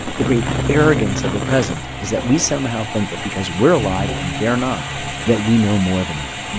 the great arrogance of the present is that we somehow think that because we're alive and they're not that we know more than them.